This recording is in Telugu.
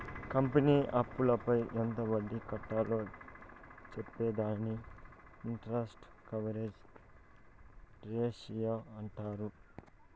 కంపెనీ అప్పులపై ఎంత వడ్డీ కట్టాలో చెప్పే దానిని ఇంటరెస్ట్ కవరేజ్ రేషియో అంటారు